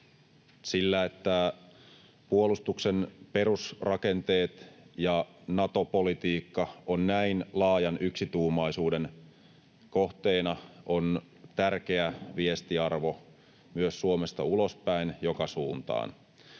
Sillä, että puolustuksen perusrakenteet ja Nato-politiikka ovat näin laajan yksituumaisuuden kohteina, on tärkeä viestiarvo myös Suomesta ulospäin joka suuntaan.